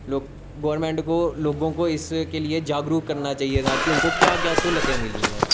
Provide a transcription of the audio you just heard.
government को लोगों को इस के लिए जागरूक करना चाहिये था कि उन को क्या क्या स्हूलतें मिलियें है